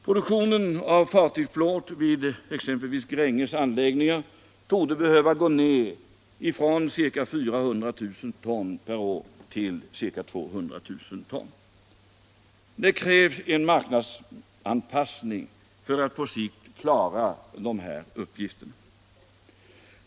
Produktionen av fartygsplåt vid exempelvis Gränges anläggningar torde behöva gå ner från ca 400 000 ton per år till ca 200 000 ton. Det krävs en marknadsanpassning för att på sikt klara de här uppgifterna.